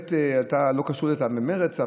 בהחלט אתה לא קשור לזה במרצ,